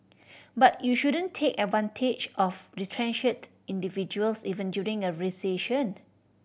but you shouldn't take advantage of retrenched individuals even during a recession